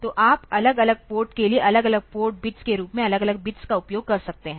तो आप अलग अलग पोर्ट के लिए अलग अलग पोर्ट बिट्स के रूप में अलग अलग बिट्स का उपयोग कर सकते हैं